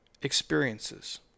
experiences